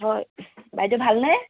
হয় বাইদেউ ভাল নে